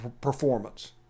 performance